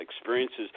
experiences